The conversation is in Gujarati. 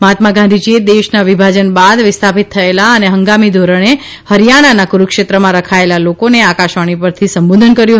મહાત્મા ગાંધીજીએ દેશના વિભાજન બાદ વિસ્થાપિત થયેલા અને હંગામી ધોરણે હરિયાણાના કુરૂક્ષેત્રમાં રખાયેલા લોકોને આકાશવાણી પરથી સંબોધન કર્યું હતું